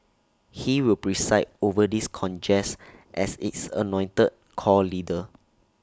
he will preside over this congress as its anointed core leader